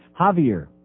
Javier